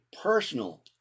personal